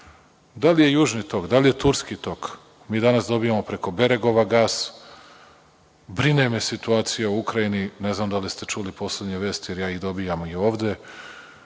li je Južni tok, da li je turski tok, mi danas dobijamo preko Beregova gas. Brine me situacija u Ukrajini. Ne znam da li ste čuli poslednje vesti, ja ih dobijam i ovde,